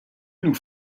nous